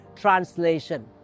Translation